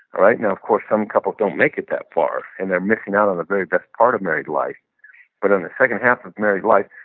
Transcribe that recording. now, of course, some couples don't make it that far and they're missing out on the very best part of married life but on the second half of married life,